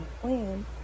plan